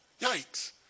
yikes